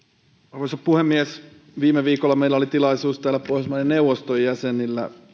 arvoisa puhemies viime viikolla meillä oli tilaisuus täällä pohjoismaiden neuvoston jäsenillä